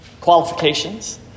qualifications